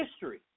history